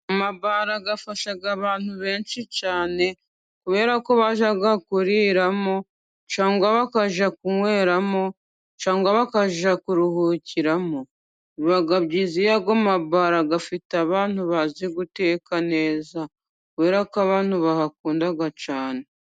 Amabara afasha abantu benshi cyane, kubera ko bajya kuguriramo, cyangwa bakajya kunyweramo, cyangwa bakajya kuruhukiramo. Biba byiza iyo ayo mabara afite abantu bazi guteka neza, kubera ko abantu bahakunda cyane.